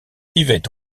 yvette